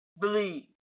Believe